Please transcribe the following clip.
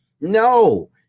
No